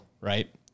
right